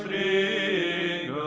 a